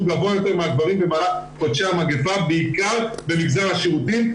גבוה יותר מהגברים במהלך חודשי המגפה בעיקר במגזר השירותים.